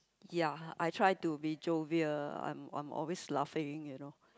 ya I try to be jovial I'm I'm always laughing you know